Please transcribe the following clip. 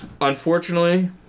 Unfortunately